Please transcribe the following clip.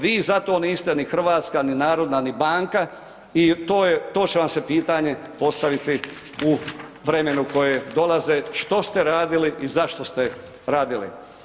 Vi zato niste ni hrvatska, ni narodna, ni banka i to će vam se pitanje postaviti u vremenu koje dolazi što ste radili i za što ste radili.